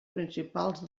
principals